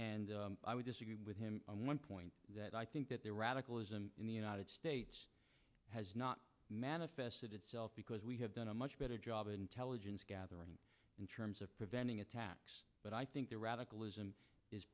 and i would disagree with him on one point that i think that the radicalism in the united states has not manifested itself because we have done a much better job of intelligence gathering in terms of preventing attacks but i think the radicalism is